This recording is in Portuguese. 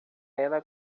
ela